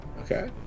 Okay